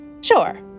sure